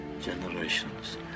generations